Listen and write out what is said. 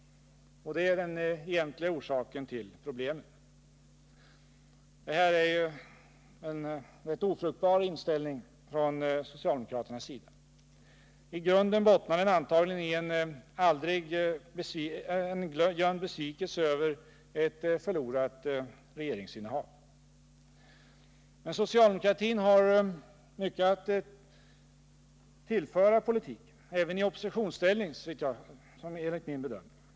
Och det är den egentliga orsaken till problemen. Det här är en ganska ofruktbar inställning från socialdemokraternas sida. I grunden bottnar den antagligen i en aldrig glömd besvikelse över ett förlorat regeringsinnehav. Men socialdemokratin har enligt min bedömning mycket att tillföra politiken, även i oppositionsställning.